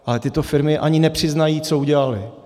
Ale tyto firmy ani nepřiznají, co udělaly.